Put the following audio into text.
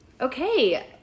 Okay